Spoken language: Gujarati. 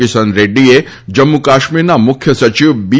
કિશન રેડ્ડીએ જમ્મુ કાશ્મીરના મુખ્ય સચિવ બી